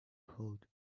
hold